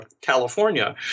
California